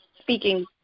speaking